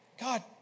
God